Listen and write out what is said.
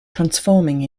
transforming